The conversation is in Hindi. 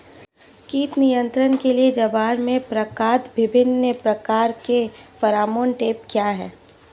कीट नियंत्रण के लिए ज्वार में प्रयुक्त विभिन्न प्रकार के फेरोमोन ट्रैप क्या है?